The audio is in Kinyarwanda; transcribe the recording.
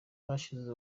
bashize